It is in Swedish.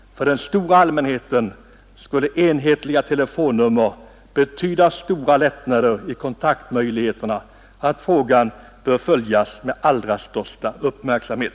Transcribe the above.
För den stora allmänheten skulle enhetliga telefonnummer betyda så stora lättnader i kontaktmöjligheterna att frågan bör följas med allra största uppmärksamhet.